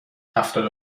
هفتاد